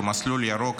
במסלול ירוק,